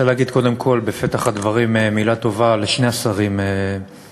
אני רוצה להגיד קודם כול בפתח הדברים מילה טובה לשני השרים במליאה,